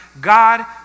God